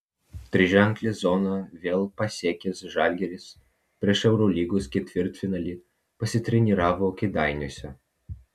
triženklę zoną vėl pasiekęs žalgiris prieš eurolygos ketvirtfinalį pasitreniravo kėdainiuose